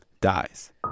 dies